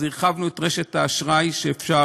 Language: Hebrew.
אז הרחבנו את רשת האשראי שאפשר